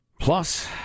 Plus